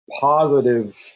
positive